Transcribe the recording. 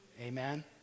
Amen